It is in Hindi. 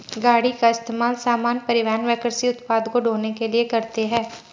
गाड़ी का इस्तेमाल सामान, परिवहन व कृषि उत्पाद को ढ़ोने के लिए करते है